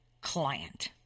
client